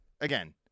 again